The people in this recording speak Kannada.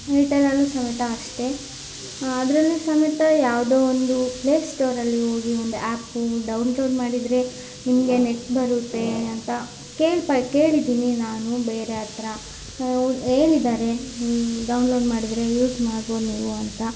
ಏರ್ಟೆಲಲ್ಲು ಸಮೇತ ಅಷ್ಟೇ ಅದರಲ್ಲೂ ಸಮೇತ ಯಾವುದೋ ಒಂದು ಪ್ಲೇಸ್ಟೋರಲ್ಲಿ ಹೋಗಿ ಒಂದು ಆ್ಯಪು ಡೌನ್ಲೋಡ್ ಮಾಡಿದರೆ ನಿಮಗೆ ನೆಟ್ ಬರುತ್ತೆ ಅಂತ ಕೇಳ್ಪ ಕೇಳಿದ್ದೀನಿ ನಾನು ಬೇರೆ ಹತ್ರ ಅವ್ರು ಹೇಳಿದಾರೆ ಡೌನ್ಲೋಡ್ ಮಾಡಿದರೆ ಯೂಸ್ ಮಾಡ್ಬೋದು ನೀವು ಅಂತ